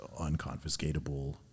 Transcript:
unconfiscatable